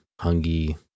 Hungy